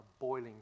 boiling